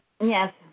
Yes